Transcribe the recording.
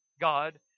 God